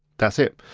that's it,